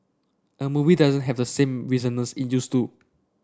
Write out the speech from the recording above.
a movie doesn't have the same resonance it used to